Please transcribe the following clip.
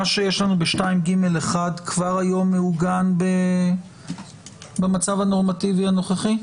מה שיש לנו ב-2ג(1) כבר היום מעוגן במצב הנורמטיבי הנוכחי?